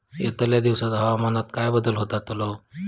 यतल्या दिवसात हवामानात काय बदल जातलो?